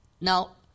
now